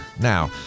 now